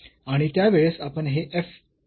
आणि त्यावेळेस आपण हे f x 0 प्लस h असे लिहू शकतो